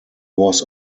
was